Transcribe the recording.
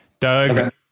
Doug